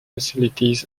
facilities